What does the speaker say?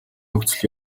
нөхцөл